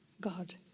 God